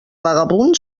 vagabund